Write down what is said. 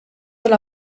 tal